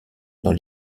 dans